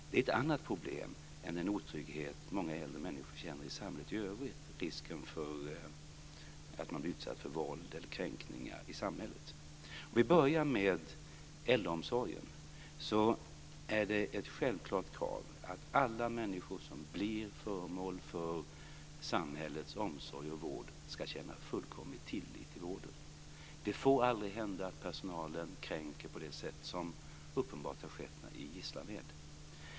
Det är ett annat problem än den otrygghet som många äldre människor känner i samhället i övrigt - risken för att bli utsatt för våld eller kränkningar i samhället. Om vi börjar med äldreomsorgen är det ett självklart krav att alla människor som blir föremål för samhällets omsorg och vård ska känna fullkomlig tillit till vården. Det får aldrig hända att personalen kränker på det sätt som uppenbart har skett i Gislaved.